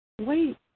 Wait